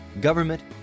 government